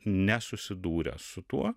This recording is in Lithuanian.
nesusidūrė su tuo